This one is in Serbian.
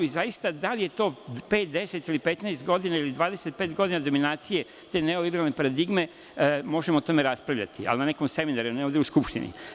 Zaista, da li je to 5, 10, 15 ili 25 godina dominacije te neoliberalne paradigme, možemo o tome raspravljati, ali na nekom seminaru, ne ovde u Skupštini.